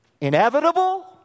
inevitable